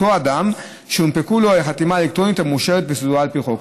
אותו אדם שהונפקה לו החתימה האלקטרונית המאושרת ושזוהה על פי החוק.